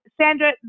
Sandra